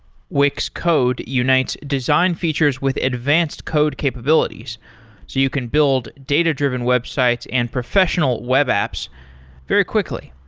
wix code unites design features with advanced code capabilities, so you can build data-driven websites and professional web apps very quickly.